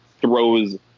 throws